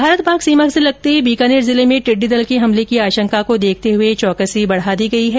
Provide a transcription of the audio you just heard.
भारत पाक सीमा से लगते बीकानेर जिले में टिड्डी दल के हमले की आशंका को देखते हुए चौकसी बढा दी गई है